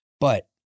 But-